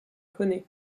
connais